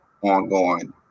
ongoing